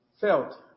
felt